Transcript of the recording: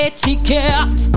ticket